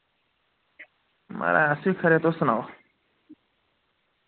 महाराज अस बी खरे तुस सनाओ